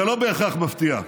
זה לא בהכרח מפתיע.